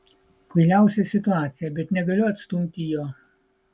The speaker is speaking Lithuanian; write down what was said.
kvailiausia situacija bet negaliu atstumti jo